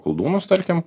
koldūnus tarkim